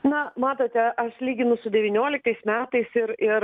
na matote aš lyginu su devynioliktais metais ir ir